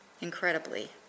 incredibly